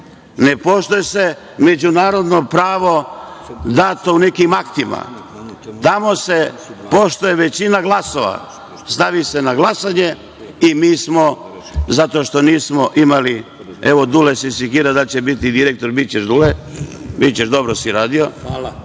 ne poznaje se međunarodno pravo dato nekim aktima, tamo se poštuje većina glasova, stavi se na glasanje i mi smo, zato što nismo imali, evo, Dule se sekira da li će biti direktor, bićeš Dule, bićeš, dobro si radio,